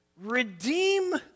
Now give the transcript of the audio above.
redeem